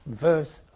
verse